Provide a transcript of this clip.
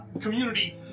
community